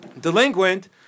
delinquent